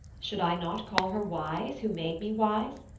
should i not call her wise, who made me wise?